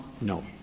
No